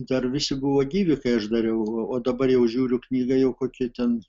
dar visi buvo gyvi kai aš dariau o o dabar jau žiūriu knyga jau kokie ten